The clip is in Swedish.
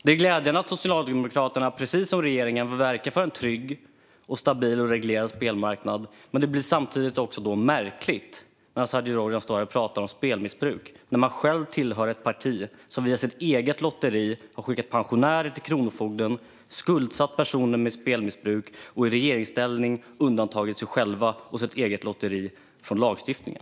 Det är glädjande att Socialdemokraterna, precis som regeringen, vill verka för en trygg, stabil och reglerad spelmarknad. Men det blir märkligt när Azadeh Rojhan står här och pratar om spelmissbruk när hon själv tillhör ett parti som via sitt eget lotteri har skickat pensionärer till kronofogden och skuldsatt personer med spelmissbruk och som i regeringsställning undantagit sig självt och sitt eget lotteri från lagstiftningen.